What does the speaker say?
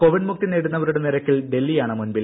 കോവിഡ്മുക്തി നേടുന്നവരുടെ നിരക്കിൽ ഡൽഹിയാണ് മുൻപിൽ